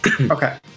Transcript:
Okay